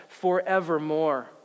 forevermore